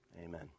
amen